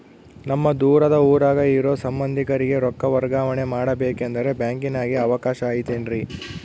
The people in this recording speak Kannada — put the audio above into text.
ನಮ್ಮ ದೂರದ ಊರಾಗ ಇರೋ ಸಂಬಂಧಿಕರಿಗೆ ರೊಕ್ಕ ವರ್ಗಾವಣೆ ಮಾಡಬೇಕೆಂದರೆ ಬ್ಯಾಂಕಿನಾಗೆ ಅವಕಾಶ ಐತೇನ್ರಿ?